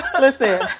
Listen